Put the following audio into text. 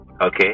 Okay